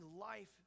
life